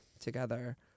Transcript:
together